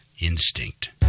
instinct